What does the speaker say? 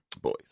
boys